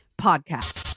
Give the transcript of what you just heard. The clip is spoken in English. Podcast